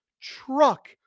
truck